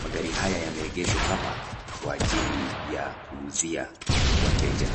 magari haya yameegeshwa hapa kwa ajili ya kuuzia wateja.